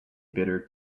bitter